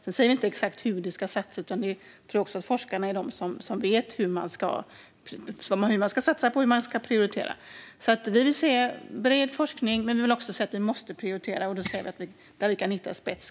Sedan säger vi inte exakt hur det ska satsas, utan vi tror också att det är forskarna som vet hur man ska satsa och prioritera. Vi vill se en bred forskning. Men vi vet också att man måste prioritera, och vi har sagt att det ska vara där vi kan hitta spets.